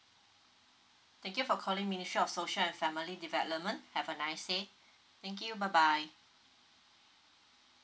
thank you for calling ministry of social and family development have a nice day thank you bye bye